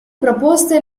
proposte